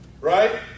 Right